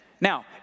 Now